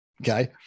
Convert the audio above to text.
okay